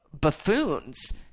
buffoons